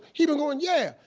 he been going yeah.